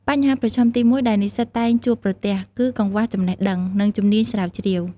បញ្ហាប្រឈមទីមួយដែលនិស្សិតតែងជួបប្រទះ គឺកង្វះចំណេះដឹង និងជំនាញស្រាវជ្រាវ។